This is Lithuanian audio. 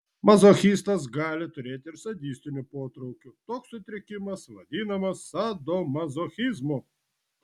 mazochistas gali turėti ir sadistinių potraukių toks sutrikimas vadinamas sadomazochizmu